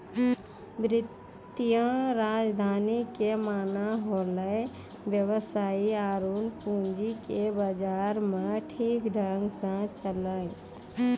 वित्तीय राजधानी के माने होलै वेवसाय आरु पूंजी के बाजार मे ठीक ढंग से चलैय